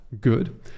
Good